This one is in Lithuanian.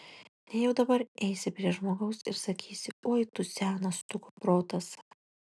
nejau dabar eisi prie žmogaus ir sakysi oi tu senas tu kuprotas